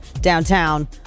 downtown